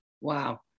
Wow